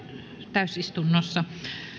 täysistunnossa